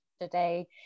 today